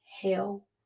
hell